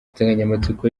insanganyamatsiko